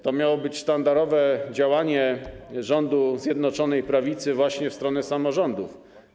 To miało być sztandarowe działanie rządu Zjednoczonej Prawicy skierowane właśnie w stronę samorządów.